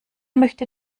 möchte